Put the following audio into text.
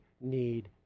need